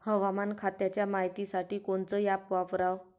हवामान खात्याच्या मायतीसाठी कोनचं ॲप वापराव?